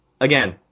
again